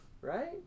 right